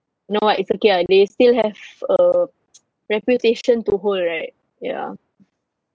no ah it's okay ah they still have uh reputation to hold right ya